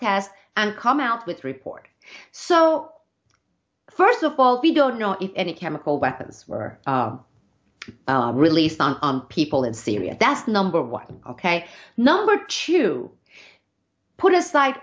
tests and come out with report so first of all we don't know if any chemical weapons were released on people in syria that's number one ok number two put aside